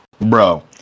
Bro